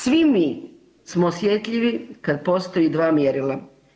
Svi mi smo osjetljivi kad postoje dva mjerila.